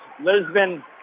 Lisbon